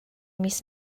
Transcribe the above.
mis